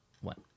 one